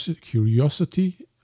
curiosity